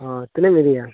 ᱦᱳᱭ ᱛᱤᱱᱟᱹᱜ ᱮᱢ ᱤᱫᱤᱭᱟ